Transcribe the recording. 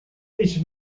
ich